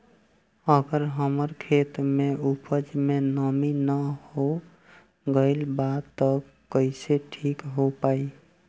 अगर हमार खेत में उपज में नमी न हो गइल बा त कइसे ठीक हो पाई?